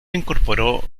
incorporó